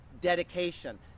dedication